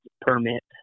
permit